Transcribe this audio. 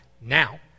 now